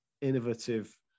innovative